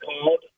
called